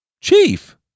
Chief